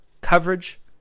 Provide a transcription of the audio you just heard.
coverage